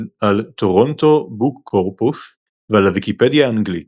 Toronto BookCorpus ועל הוויקיפדיה האנגלית.